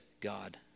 God